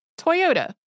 Toyota